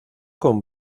con